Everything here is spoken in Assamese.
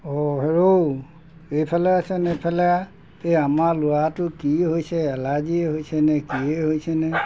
অ' হেৰৌ এইফালে আহচোন এই ফালে আহ আমাৰ ল'ৰাটো কি হৈছে এলাৰ্জিয়ে হৈছে নে কিয়েই হৈছে নে